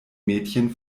mädchen